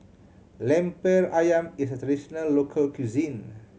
Lemper Ayam is a traditional local cuisine